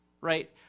Right